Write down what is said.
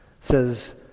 says